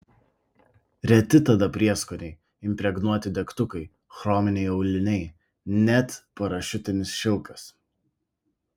reti tada prieskoniai impregnuoti degtukai chrominiai auliniai net parašiutinis šilkas